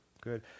good